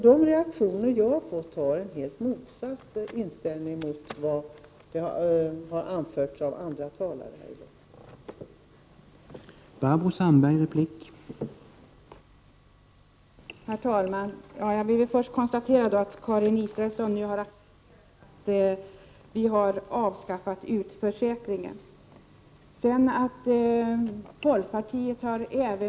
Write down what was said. De reaktioner jag har fått tyder på en helt motsatt inställning i förhållande till vad som har anförts av andra talare här i dag.